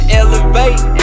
elevate